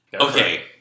Okay